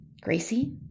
Gracie